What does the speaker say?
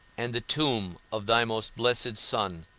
and the tomb of thy most blessed son,